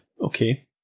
Okay